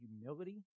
humility